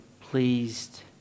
pleased